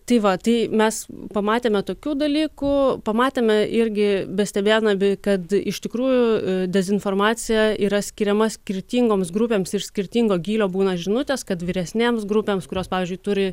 tai va tai mes pamatėme tokių dalykų pamatėme irgi bestebėdami kad iš tikrųjų dezinformacija yra skiriama skirtingoms grupėms ir skirtingo gylio būna žinutės kad vyresnėms grupėms kurios pavyzdžiui turi